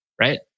right